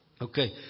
Okay